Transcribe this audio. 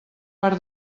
per